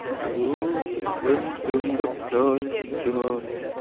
the moon swims in the sky to-night.